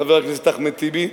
חבר הכנסת אחמד טיבי,